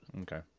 Okay